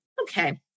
Okay